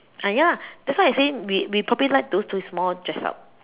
ah ya lah that's why I say we we probably like those with more dress up